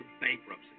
bankruptcy